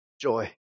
joy